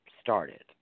started